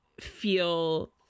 feel